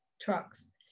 trucks